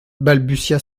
balbutia